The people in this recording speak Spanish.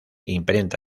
imprenta